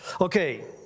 Okay